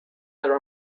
their